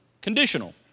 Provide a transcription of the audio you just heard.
Conditional